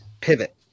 pivot